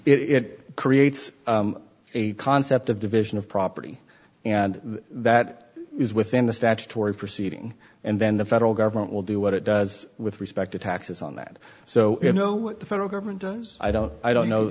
it creates a concept of division of property and that is within the statutory proceeding and then the federal government will do what it does with respect to taxes on that so you know what the federal government does i don't i don't know